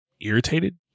irritated